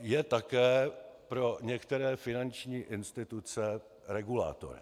Je také pro některé finanční instituce regulátorem.